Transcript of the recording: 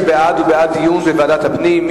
מי שבעד, הוא בעד דיון בוועדת הפנים.